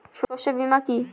শস্য বীমা কি?